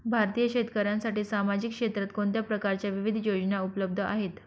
भारतीय शेतकऱ्यांसाठी सामाजिक क्षेत्रात कोणत्या प्रकारच्या विविध योजना उपलब्ध आहेत?